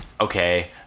okay